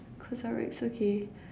CosRX okay